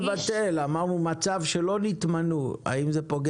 יונית של רכב עצמאי או עם תאגיד שהוקם לפי חוק